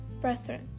Brethren